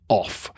off